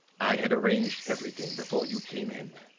i had arranged everything before you came in,